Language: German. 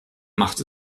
macht